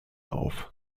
auf